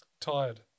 tired